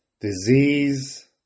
disease